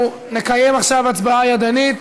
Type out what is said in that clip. אנחנו נקיים עכשיו הצבעה ידנית,